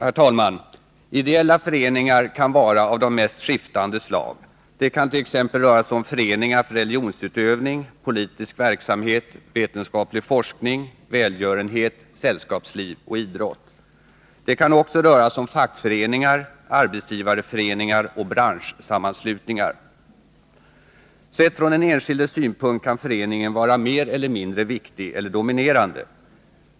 Herr talman! Ideella föreningar kan vara av de mest skiftande slag. Det kant.ex. röra sig om föreningar för religionsutövning, politisk verksamhet, vetenskaplig forskning, välgörenhet, sällskapsliv och idrott. Det kan också röra sig om fackföreningar, arbetsgivarföreningar och branschsammanslutningar. Sett från den enskildes synpunkt kan föreningen vara mer eller mindre viktig eller dominerande.